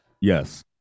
Yes